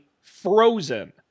frozen